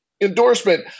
endorsement